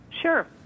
Sure